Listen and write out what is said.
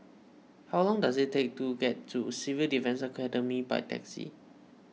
how long does it take to get to Civil Defence Academy by taxi